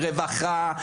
רווחה,